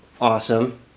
Awesome